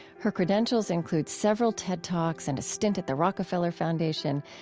her credentials include several ted talks and a stint at the rockefeller foundation,